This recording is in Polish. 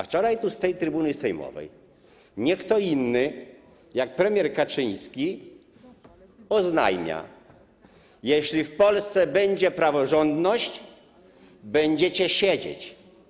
Wczoraj z trybuny sejmowej nie kto inny, jak premier Kaczyński oznajmia: jeśli w Polsce będzie praworządność, będziecie siedzieć.